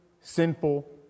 sinful